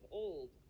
old